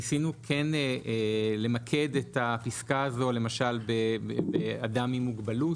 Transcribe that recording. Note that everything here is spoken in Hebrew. ניסינו למקד את הפסקה הזו, למשל באדם עם מוגבלות,